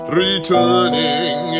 returning